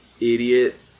idiot